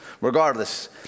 Regardless